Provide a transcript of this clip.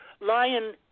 lion